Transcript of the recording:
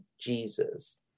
jesus